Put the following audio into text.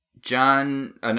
John